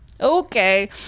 okay